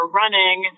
running